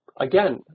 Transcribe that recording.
Again